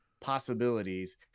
possibilities